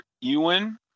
Ewan